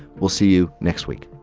we'll see you next week.